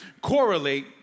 correlate